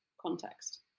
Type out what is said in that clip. context